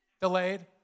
delayed